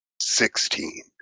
Sixteen